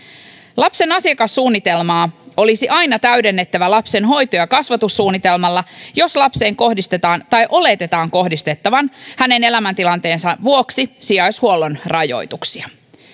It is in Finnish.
lapsen asiakassuunnitelmaa olisi aina täydennettävä lapsen hoito ja kasvatussuunnitelmalla jos lapseen kohdistetaan tai oletetaan kohdistettavan hänen elämäntilanteensa vuoksi sijaishuollon rajoituksia